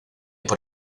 por